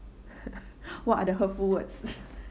what are the hurtful words